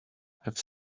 have